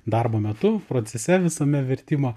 darbo metu procese visame vertimo